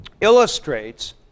illustrates